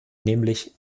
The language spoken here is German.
nämlich